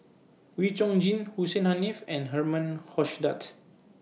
Wee Chong Jin Hussein Haniff and Herman Hochstadt